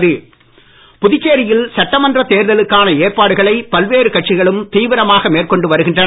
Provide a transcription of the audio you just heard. திமுக விருப்பமனு புதுச்சேரியில் சட்டமன்ற தேர்தலுக்கான ஏற்பாடுகளை பல்வேறு கட்சிகளும் தீவிரமாக மேற்கொண்டு வருகின்றன